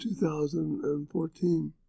2014